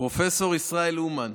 פרופ' ישראל אומן.